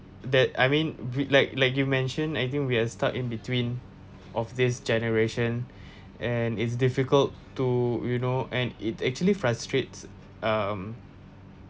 that I mean v~ like like you mentioned I think we are stuck in between of this generation and it's difficult to you know and it actually frustrates um